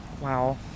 Wow